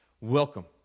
Welcome